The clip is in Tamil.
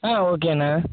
ஆ ஓகே அண்ணா